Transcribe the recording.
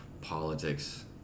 politics